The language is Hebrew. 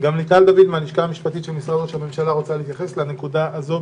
שמחה להתייחס לא רק לנקודה הזו